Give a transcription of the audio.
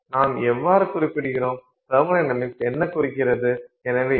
நாம் எவ்வாறு குறிப்பிடுகிறோம் தெர்மொடைனமிக்ஸ் என்ன குறிக்கிறது